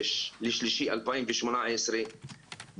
ב-26.3.2018,